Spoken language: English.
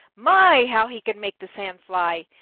my, how he can make the sand fly!